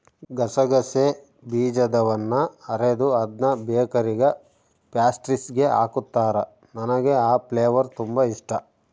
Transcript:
ಗಸಗಸೆ ಬೀಜದವನ್ನ ಅರೆದು ಅದ್ನ ಬೇಕರಿಗ ಪ್ಯಾಸ್ಟ್ರಿಸ್ಗೆ ಹಾಕುತ್ತಾರ, ನನಗೆ ಆ ಫ್ಲೇವರ್ ತುಂಬಾ ಇಷ್ಟಾ